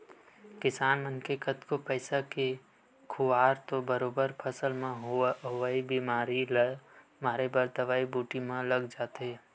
किसान मन के कतको पइसा के खुवार तो बरोबर फसल म होवई बेमारी ल मारे बर दवई बूटी म लग जाथे